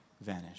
vanish